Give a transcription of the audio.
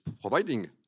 providing